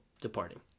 departing